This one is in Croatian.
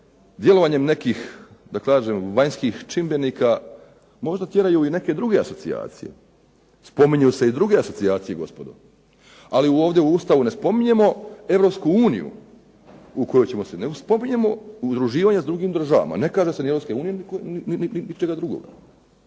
djelovanjem nekih vanjskih čimbenika možda tjeraju u neke druge asocijacije, spominju se i druge asocijacije gospodo, ali ovdje u Ustavu ne spominjemo Europsku uniju, spominjemo udruživanje s drugim državama, ne kaže se ni Europske unije niti čega drugoga.